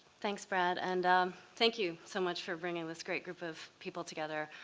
thanks, brad, and thank you so much for bringing this great group of people together.